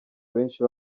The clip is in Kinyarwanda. benshi